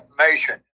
information